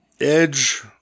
Edge